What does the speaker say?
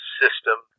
system